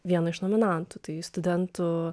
vieną iš nominantų tai studentų